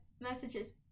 messages